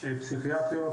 פסיכיאטריות